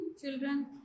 children